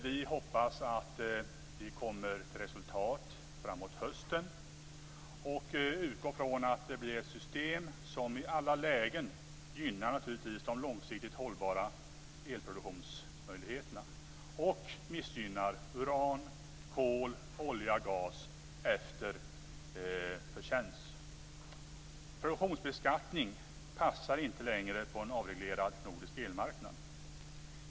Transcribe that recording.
Vi hoppas att vi kommer fram till ett resultat framåt hösten och utgår från att det blir ett system som i alla lägen naturligtvis gynnar de långsiktigt hållbara elproduktionsmöjligheterna och missgynnar uran, kol, olja och gas. Produktionsbeskattning passar inte längre på en avreglerad nordisk elmarknad.